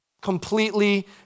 completely